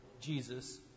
Jesus